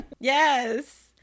Yes